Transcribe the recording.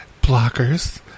Blockers